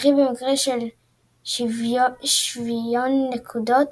וכי במקרה של שוויון נקודות